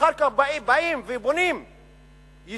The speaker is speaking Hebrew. ואחר כך באים ובונים יישוב